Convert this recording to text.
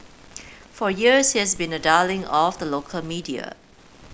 for years has been a darling of the local media